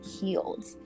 healed